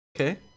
okay